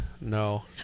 No